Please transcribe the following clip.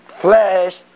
flesh